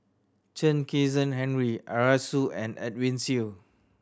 Chen Kezhan Henri Arasu and Edwin Siew